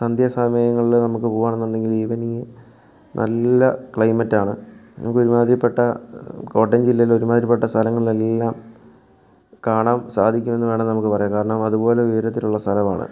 സന്ധ്യ സമയങ്ങളിൽ നമുക്ക് പോകുവാണെന്നുണ്ടെങ്കിൽ ഈവെനിംഗ് നല്ല ക്ലൈമറ്റ് ആണ് നമുക്ക് ഒരുമാതിരിപ്പെട്ട കോട്ടയം ജില്ലയിൽ ഒരുമാതിരിപ്പെട്ട സ്ഥലങ്ങളെല്ലാം കാണാൻ സാധിക്കും എന്നുവേണമെങ്കിൽ നമുക്ക് പറയാം കാരണം അതുപോലെ ഉയരത്തിലുള്ളൊരു സ്ഥലമാണ്